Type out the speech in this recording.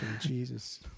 Jesus